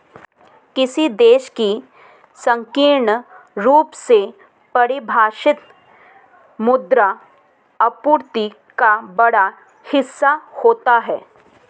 किसी देश की संकीर्ण रूप से परिभाषित मुद्रा आपूर्ति का बड़ा हिस्सा होता है